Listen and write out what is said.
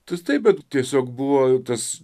tu taip bet tiesiog buvo tas